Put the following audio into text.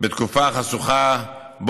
בתקופה חשוכה,